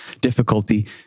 difficulty